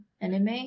anime